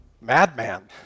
madman